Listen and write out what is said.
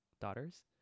daughters